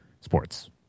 sports